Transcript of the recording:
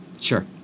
Sure